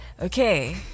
Okay